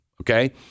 okay